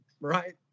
right